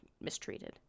mistreated